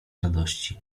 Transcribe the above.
radości